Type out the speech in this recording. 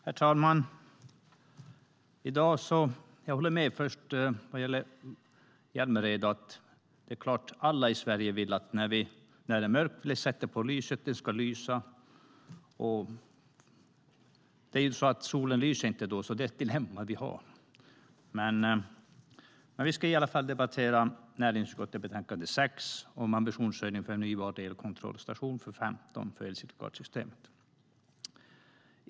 Herr talman! Jag håller med Hjälmered om att det är klart att alla i Sverige vill kunna tända när det är mörkt. Då ska det lysa eftersom solen inte lyser. Det är alltså ett dilemma vi har. Vi ska debattera näringsutskottets betänkande 6 Ambitionshöjning för förnybar el och kontrollstation för el certifikatssystemet 2015 .